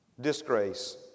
Disgrace